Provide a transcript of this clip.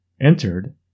entered